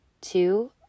Two